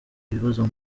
ibibazo